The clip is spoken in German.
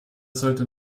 sollte